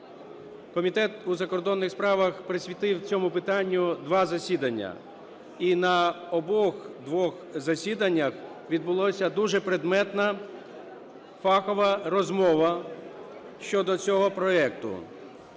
Комітет у закордонних справах присвятив цьому питанню два засідання. І на обох двох засіданнях відбулася дуже предметна фахова розмова щодо цього проекту.